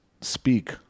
speak